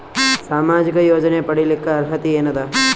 ಸಾಮಾಜಿಕ ಯೋಜನೆ ಪಡಿಲಿಕ್ಕ ಅರ್ಹತಿ ಎನದ?